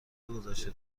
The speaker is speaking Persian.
گذشته